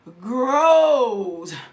grows